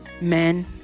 men